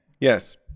Yes